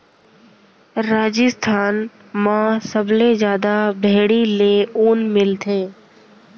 राजिस्थान म सबले जादा भेड़ी ले ऊन मिलथे